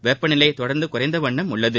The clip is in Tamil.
வெப்பநிலை தொடர்ந்து குறைந்த வண்ணம் உள்ளது